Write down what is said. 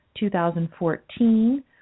2014